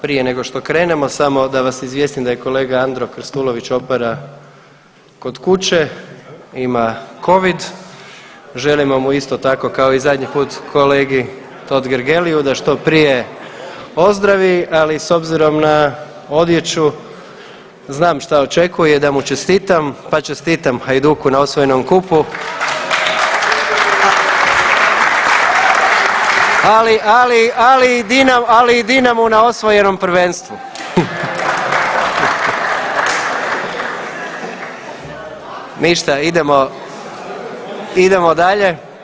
Prije nego što krenemo samo da vas izvijestim da je kolega Andro Krstulović Opara kod kuće, ima Covid, želimo isto tako kao i zadnji put kolegi Totgergeliu da što prije ozdravi, ali s obzirom na odjeću znam što očekuje da mu čestitam, pa čestitam Hajduku na osvojenom kupu ali i Dinamu na osvojenom prvenstvu. Ništa, idemo, idemo dalje.